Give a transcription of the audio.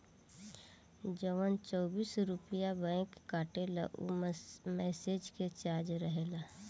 जवन चौबीस रुपइया बैंक काटेला ऊ मैसेज के चार्ज रहेला